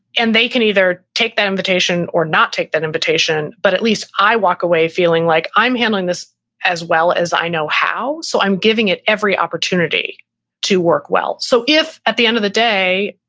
and they can either take that invitation or not take that invitation. but at least i walk away feeling like i'm handling this as well as i know how. so i'm giving it every opportunity to work well. so if at the end of the day,